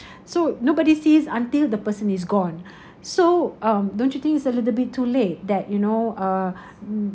so nobody sees until the person is gone so um don't you think it's a little bit too late that you know uh